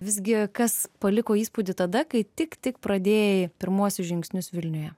visgi kas paliko įspūdį tada kai tik tik pradėjai pirmuosius žingsnius vilniuje